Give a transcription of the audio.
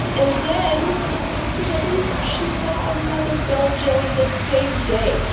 and then are you ready? she saw another bell jelly the same day!